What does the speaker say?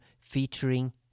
featuring